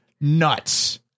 nuts